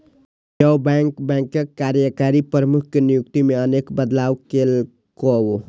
reserve bank बैंकक कार्यकारी प्रमुख के नियुक्ति मे अनेक बदलाव केलकै